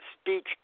speech